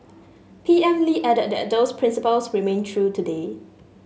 P M Lee added that those principles remain true today